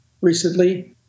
recently